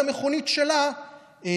ליד המכונית שלה,